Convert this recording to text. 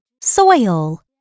Soil